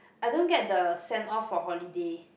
I don't get the send off for holiday